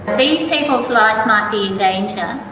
the people's lives might be in danger,